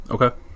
okay